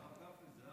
הרב גפני.